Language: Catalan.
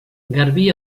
garbí